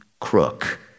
crook